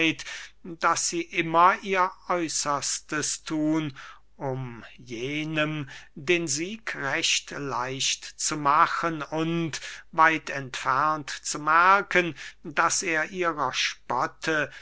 daß sie immer ihr äußerstes thun um jenem den sieg recht leicht zu machen und weit entfernt zu merken daß er ihrer spotte